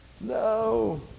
No